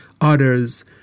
others